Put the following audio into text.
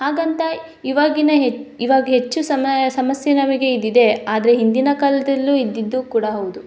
ಹಾಗಂತ ಇವಾಗಿನ ಹೇ ಇವಾಗ ಹೆಚ್ಚು ಸಮಯ ಸಮಸ್ಯೆ ನಮಗಿದಿದೆ ಆದರೆ ಹಿಂದಿನ ಕಾಲದಲ್ಲೂ ಇದ್ದಿದ್ದು ಕೂಡ ಹೌದು